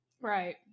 Right